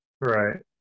right